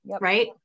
right